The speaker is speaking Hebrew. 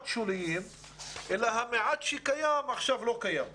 שוליים אלא המעט שהיה קיים כבר לא קיים עכשיו.